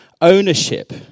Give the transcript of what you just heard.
ownership